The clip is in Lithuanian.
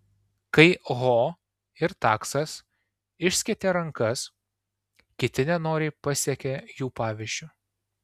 kai ho ir taksas išskėtė rankas kiti nenoriai pasekė jų pavyzdžiu